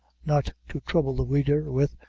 not to trouble the reader with,